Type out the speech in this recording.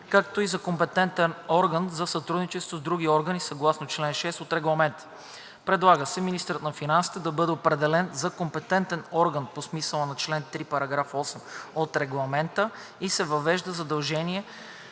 както и за компетентен орган за сътрудничество с другите органи съгласно чл. 6 от Регламента. Предлага се министърът на финансите да бъде определен за компетентен орган по смисъла на чл. 3, параграф 8 от Регламент (ЕС) 2021/23 и се въвежда задължение